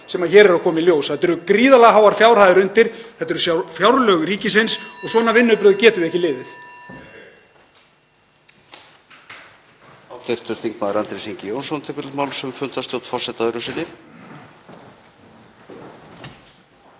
sem hér er að koma í ljós. Það eru gríðarlega háar fjárhæðir undir, þetta eru sjálf fjárlög ríkisins og svona vinnubrögð getum við ekki liðið.